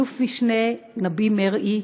אלוף משנה נביל מרעי,